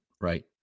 Right